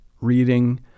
reading